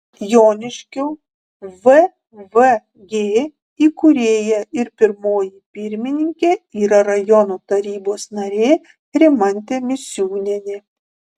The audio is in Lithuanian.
joniškio vvg įkūrėja ir pirmoji pirmininkė yra rajono tarybos narė rimantė misiūnienė